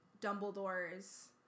Dumbledore's